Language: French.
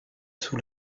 sous